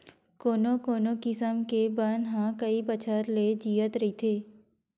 कोनो कोनो किसम के बन ह कइ बछर ले जियत रहिथे